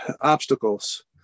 obstacles